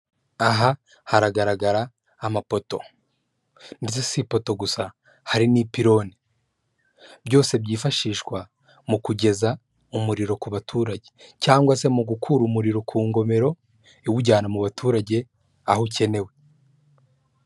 Aha haragaragara amapoto, ndetse si ipoto gusa hari n'ipirone, byose byifashishwa mu kugeza umuriro ku baturage, cyangwa se mu gukura umuriro ku ngomero iwujyana mu baturage aho ukenewe.